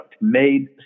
made